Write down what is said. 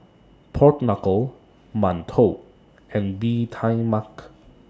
Pork Knuckle mantou and Bee Tai Mak